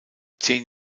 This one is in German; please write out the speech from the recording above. zehn